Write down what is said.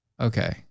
Okay